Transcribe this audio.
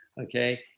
okay